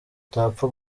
utapfa